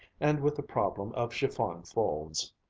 and with the problem of chiffon folds.